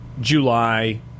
July